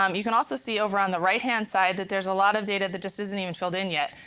um you can also see, over on the right hand side, that there's a lot of data that just isn't even filled in yet,